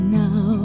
now